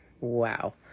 Wow